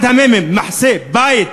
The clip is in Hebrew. אחד המ"מים, מחסה, בית.